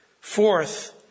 Fourth